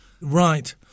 Right